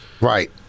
right